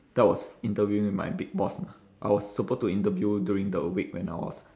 that was interviewing with my big boss lah I was supposed to interview during the week when I was